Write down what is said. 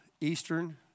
Eastern